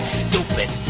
stupid